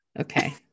Okay